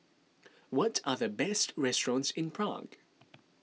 what are the best restaurants in Prague